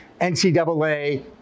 NCAA